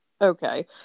okay